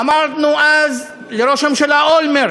אמרנו אז לראש הממשלה אולמרט